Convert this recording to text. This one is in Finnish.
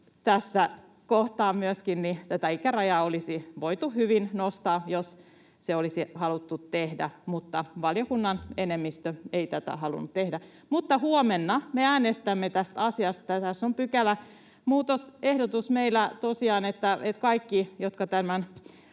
tässä kohtaa tätä ikärajaa olisi voitu hyvin nostaa, jos se olisi haluttu tehdä, mutta valiokunnan enemmistö ei tätä halunnut tehdä. Mutta huomenna me äänestämme tästä asiasta. Tässä on meillä tosiaan pykälämuutosehdotus, ja kaikki, jotka